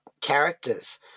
characters